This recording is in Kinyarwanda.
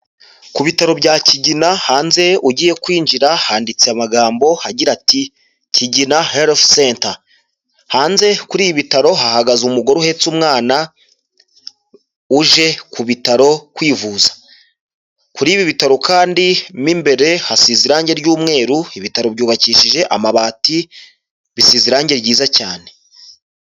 Ku bitaro bya Kigina hanze ugiye kwinjira handitse amagambo agira ati kigina herifu senta, hanze kuri ibi bitaro hahagaze umugore uhetse umwana uje ku bitaro kwivuza kuri ibi bitaro kandi mbere hasize irangi ry'mweru ibitaro byubakishije amabati bisize irangi ryiza cyane.